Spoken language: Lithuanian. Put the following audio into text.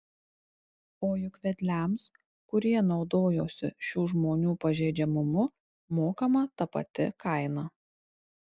o juk vedliams kurie naudojosi šių žmonių pažeidžiamumu mokama ta pati kaina